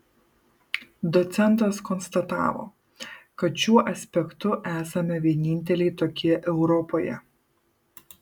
docentas konstatavo kad šiuo aspektu esame vieninteliai tokie europoje